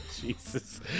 jesus